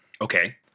Okay